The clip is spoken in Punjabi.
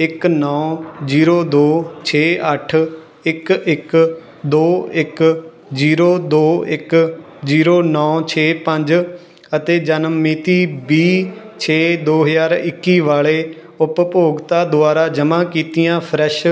ਇੱਕ ਨੌ ਜੀਰੋ ਦੋ ਛੇ ਅੱਠ ਇੱਕ ਇੱਕ ਦੋ ਇੱਕ ਜੀਰੋ ਦੋ ਇੱਕ ਜੀਰੋ ਨੌ ਛੇ ਪੰਜ ਅਤੇ ਜਨਮ ਮਿਤੀ ਵੀਹ ਛੇ ਦੋ ਹਜ਼ਾਰ ਇੱਕੀ ਵਾਲੇ ਉਪਭੋਗਤਾ ਦੁਆਰਾ ਜਮ੍ਹਾਂ ਕੀਤੀਆਂ ਫਰੈਸ਼